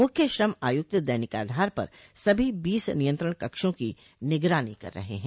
मुख्य श्रम आयुक्त दनिक आधार पर सभी बीस नियंत्रण कक्षों की निगरानी कर रहे हैं